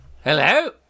Hello